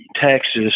Texas